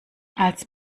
als